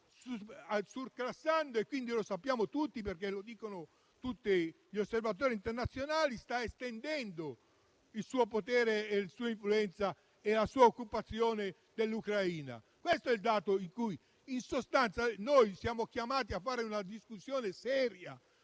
ferma: come sappiamo tutti perché lo dicono tutti gli osservatori internazionali, la Russia sta estendendo il suo potere, la sua influenza e la sua occupazione dell'Ucraina. Questo è il dato rispetto a cui noi siamo chiamati a svolgere una discussione seria.